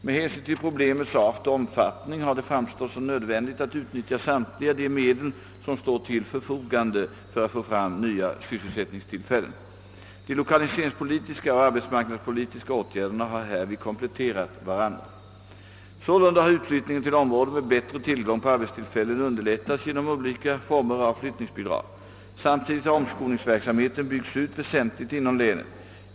Med hänsyn till problemens art och omfattning har det framstått som nödvändigt att utnyttja samtliga de medel som står till förfogande för att få fram nya sysselsättningstillfällen. De lokaliseringspolitiska och arbetsmarknadspolitiska åtgärderna har härvid kompletterat varandra. Sålunda har utflyttningen till områden med bättre tillgång på arbetstillfällen underlättats genom olika former av flyttningsbidrag. Samtidigt har omskolningsverksamheten byggts ut väsentligt inom länet.